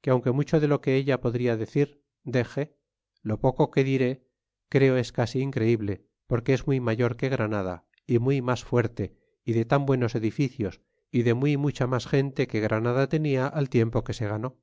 que aunque mucho de lo que ella podria decir dexe lo poco que diré creo es casi increible porque es muy mayor que granada y muy mas fuerte y de tan buenos edificios y de muy mucha mas gente que granada tenia al tiempo que se ganó